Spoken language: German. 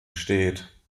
steht